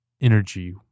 energy